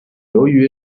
由于